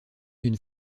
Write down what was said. d’une